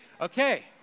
Okay